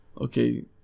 okay